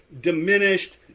diminished